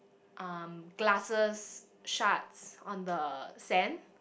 um glasses shards on the sand